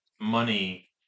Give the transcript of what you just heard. money